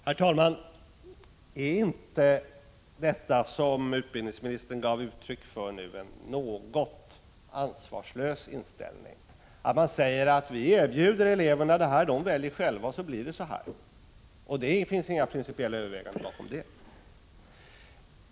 Herr talman! Är inte det som utbildningsministern gav uttryck för en något ansvarslös inställning? Man säger att eleverna erbjuds detta, de väljer själva och sedan blir det så här. Det finns inga principiella överväganden bakom det hela.